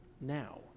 now